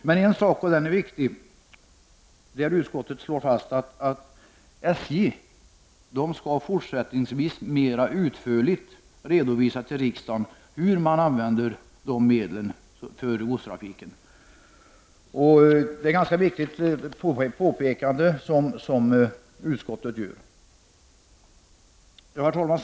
Men en sak som är viktig i betänkandet är att utskottet slår fast att SJ fortsättningsvis mer utförligt skall redovisa för riksdagen hur medlen till godstrafiken används. Utskottets påpekande är ganska viktigt. Herr talman!